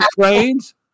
trains